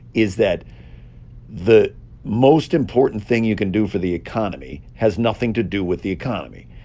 is that the most important thing you can do for the economy has nothing to do with the economy.